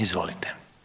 Izvolite.